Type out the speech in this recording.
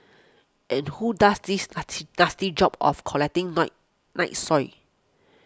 and who does this natty nasty job of collecting night night soil